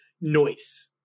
noise